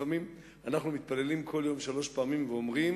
אנחנו מתפללים כל יום שלוש פעמים ואומרים